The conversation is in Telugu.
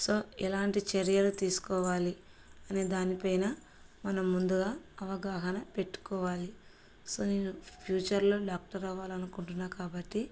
సో ఎలాంటి చర్యలు తీసుకోవాలి అనే దానిపైన మనం ముందుగా అవగాహన పెట్టుకోవాలి సో నేను ఫ్యూచర్లో డాక్టర్ అవాలనుకుంటున్నాను కాబట్టి